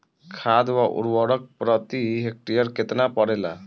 खाद व उर्वरक प्रति हेक्टेयर केतना परेला?